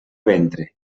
ventre